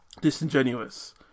disingenuous